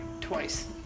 twice